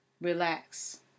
Relax